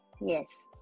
yes